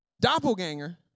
doppelganger